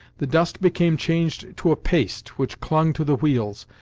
the dust became changed to a paste which clung to the wheels,